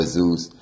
Zeus